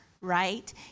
right